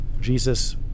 Jesus